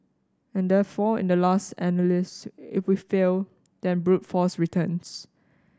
and therefore in the last analysis if we fail then brute force returns